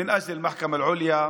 בשביל בית המשפט העליון,